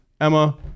emma